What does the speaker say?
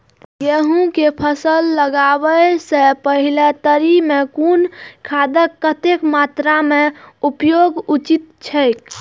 गेहूं के फसल लगाबे से पेहले तरी में कुन खादक कतेक मात्रा में उपयोग उचित छेक?